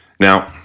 Now